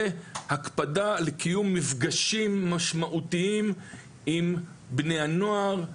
הקפדה לקיום מפגשים משמעותיים עם בני הנוער,